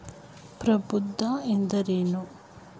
ಪ್ರಭೇದ ಎಂದರೇನು?